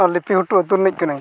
ᱞᱤᱯᱤᱜᱷᱩᱴᱩ ᱟᱛᱳ ᱨᱤᱱᱤᱡ ᱠᱟᱹᱱᱟᱹᱧ